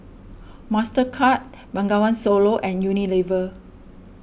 Mastercard Bengawan Solo and Unilever